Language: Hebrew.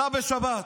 סע בשבת.